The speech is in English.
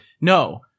no